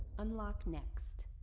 unlock next.